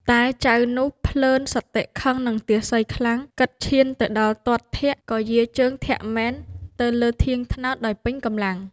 តែ...ចៅនោះភ្លើនសតិខឹងនឹងទាសីខ្លាំង គិតឈានទៅដល់ទាត់ធាក់ ក៏យារជើងធាក់មែន ទៅលើធាងត្នោតដោយពេញកម្លាំង។